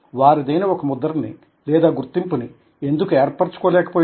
వారిదైన ఒక ముద్రని లేదా గుర్తింపుని ఎందుకు ఏర్పరుచుకోలేకపోయారు